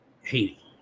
haiti